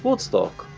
woodstock,